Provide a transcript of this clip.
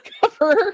cover